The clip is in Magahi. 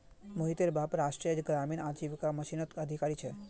मोहितेर बाप राष्ट्रीय ग्रामीण आजीविका मिशनत अधिकारी छे